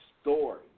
story